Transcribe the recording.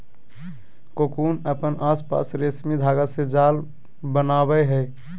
cocoon अपन आसपास रेशमी धागा से जाल बनावय हइ